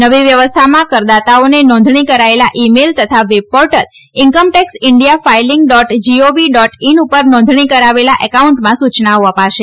નવી વ્યવસ્થામાં કરદાતાઓને નોંધણી કરાયેલા ઈ મેઈલ તથા web portal income tax India filing dot G O V dot in ઉપર નોંધણી કરાવેલા એકાઉન્ટમાં સૂયનાઓ અપાશે